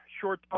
short